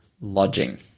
lodging